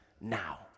now